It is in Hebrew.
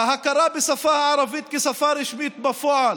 ההכרה בשפה הערבית כשפה רשמית בפועל,